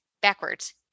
backwards